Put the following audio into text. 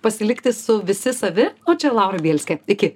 pasilikti su visi savi o čia laura bielskė iki